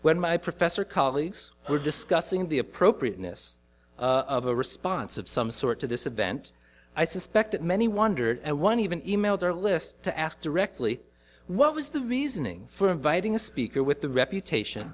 when my professor colleagues were discussing the appropriateness of a response of some sort to this event i suspect that many wondered and one even emailed our list to ask directly what was the reasoning for inviting a speaker with the reputation